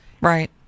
Right